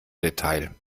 detail